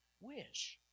wish